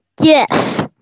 yes